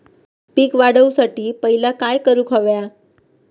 पीक वाढवुसाठी पहिला काय करूक हव्या?